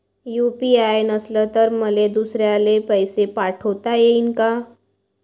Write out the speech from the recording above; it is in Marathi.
यू.पी.आय नसल तर मले दुसऱ्याले पैसे पाठोता येईन का?